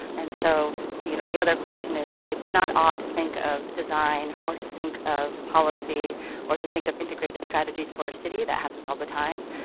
and so you know the other question is that it's not odd to think of design or to think of policy or to think of integrated strategies for a city, that happens all the time,